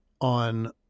on